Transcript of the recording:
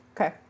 Okay